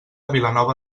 vilanova